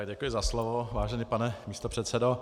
Děkuji za slovo, vážený pane místopředsedo.